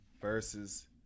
versus